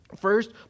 First